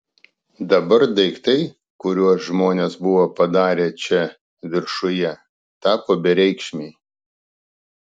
dabar daiktai kuriuos žmonės buvo padarę čia viršuje tapo bereikšmiai